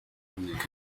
music